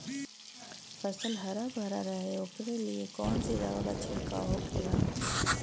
फसल हरा भरा रहे वोकरे लिए कौन सी दवा का छिड़काव होखेला?